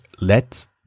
lets